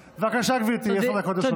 בבקשה, גברתי, עשר דקות לרשותך.